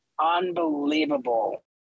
unbelievable